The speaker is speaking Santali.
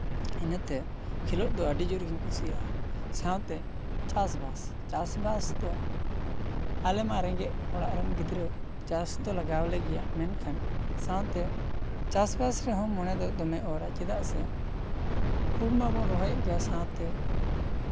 ᱤᱱᱟᱹᱛᱮ ᱠᱷᱮᱞᱳᱜ ᱫᱚ ᱟᱹᱰᱤ ᱡᱳᱨ ᱜᱤᱧ ᱠᱩᱥᱤᱭᱟᱜᱼᱟ ᱥᱟᱶᱛᱮ ᱪᱟᱥᱼᱵᱟᱥ ᱪᱟᱥᱼᱵᱟᱥ ᱫᱚ ᱟᱞᱮ ᱢᱟ ᱨᱮᱸᱜᱮᱡ ᱚᱲᱟᱜ ᱨᱮᱱ ᱜᱤᱫᱽᱨᱟᱹ ᱪᱟᱥ ᱫᱚ ᱞᱟᱜᱟᱣ ᱞᱮ ᱜᱮᱭᱟ ᱢᱮᱱᱠᱷᱟᱱ ᱥᱟᱶᱛᱮ ᱪᱟᱥᱼᱵᱟᱥ ᱨᱮᱦᱚᱸ ᱢᱚᱱᱮ ᱫᱚ ᱫᱚᱢᱮ ᱫᱚᱢᱮᱭ ᱚᱨᱟ ᱪᱮᱫᱟᱜ ᱥᱮ ᱦᱳᱲᱳ ᱢᱟᱵᱚᱱ ᱨᱚᱦᱚ ᱭᱮᱜ ᱜᱮᱭᱟ ᱥᱟᱶᱛᱮ